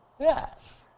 Yes